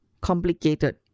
complicated